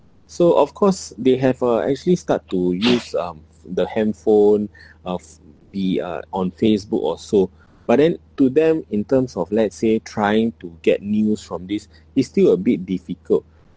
so of course they have uh actually start to use um the handphone uh f~ be uh on Facebook or so but then to them in terms of let's say trying to get news from this is still a bit difficult